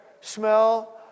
smell